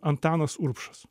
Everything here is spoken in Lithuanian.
antanas urbšas